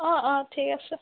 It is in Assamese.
অঁ অঁ ঠিক আছে